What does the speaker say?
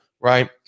right